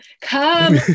come